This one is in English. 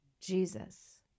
Jesus